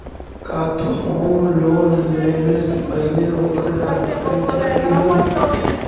का तु home loan लेवे से पहिले ओकर जानकारी देखलही हल?